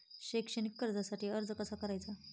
शैक्षणिक कर्जासाठी अर्ज कसा करायचा?